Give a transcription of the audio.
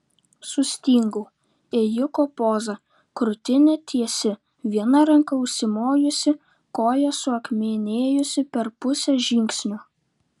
sustingau ėjiko poza krūtinė tiesi viena ranka užsimojusi koja suakmenėjusi per pusę žingsnio